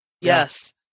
yes